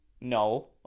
no